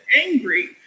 angry